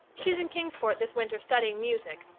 she's in kingsport this winter studying music.